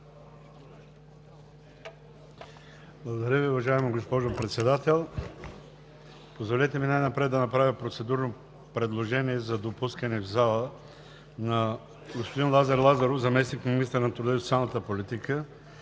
Благодаря Ви, уважаема госпожо Председател. Позволете ми най-напред да направя процедурно предложение за допуск в залата на господин Лазар Лазаров – заместник-министър на труда и социалната политика,